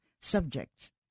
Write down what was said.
subjects